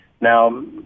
Now